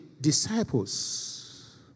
disciples